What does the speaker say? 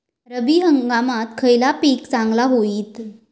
रब्बी हंगामाक खयला पीक चांगला होईत?